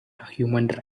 human